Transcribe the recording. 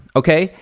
okay?